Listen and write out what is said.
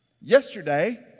Yesterday